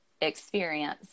experience